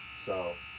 so,